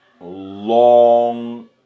long